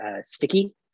sticky